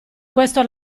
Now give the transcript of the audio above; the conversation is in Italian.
questo